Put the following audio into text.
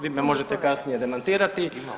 Vi me možete kasnije demantirati.